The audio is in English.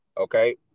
Okay